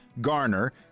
Garner